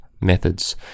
methods